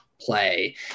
play